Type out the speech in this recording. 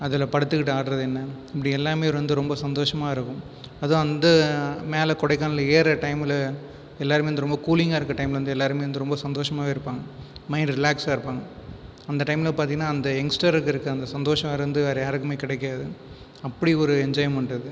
அதில் படுத்துக்கிட்டு ஆடுகிறது என்ன இப்படி எல்லாமே வந்து ரொம்ப சந்தோஷமாக இருக்கும் அதுவும் அந்த மேலே கொடைக்கானலில் மேலே ஏறுகிற டைமில் எல்லாருமே வந்து நல்லா கூலிங்காக இருக்கிற டைமில் வந்து எல்லாருமே வந்து ரொம்ப சந்தோஷமாக இருப்பாங்கள் மைண்ட் ரிலாக்ஸ்ஸாக இருப்பாங்கள் அந்த டைமில் பார்த்தீங்கன்னா அந்த யங்ஸ்டருக்கு இருக்கிற சந்தோஷம் வேறு யாருக்குமே கிடைக்காது அப்படி ஒரு என்ஜாய்மென்ட் அது